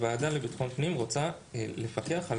הוועדה לביטחון הפנים רוצה לפקח על